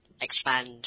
expand